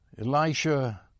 Elisha